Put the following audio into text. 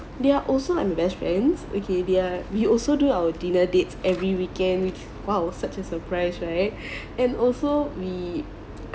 they are also like my best friends okay they are we also do our dinner dates every weekend which !wow! such a surprise right and also we